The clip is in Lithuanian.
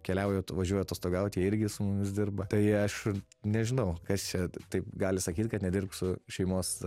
keliauju atvažiuoju atostogaut jie irgi su mumis dirba tai aš nežinau kas čia taip gali sakyt kad nedirbk su šeimos